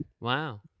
Wow